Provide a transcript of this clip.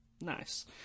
Nice